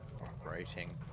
operating